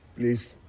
please.